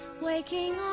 Waking